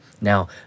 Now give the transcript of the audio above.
Now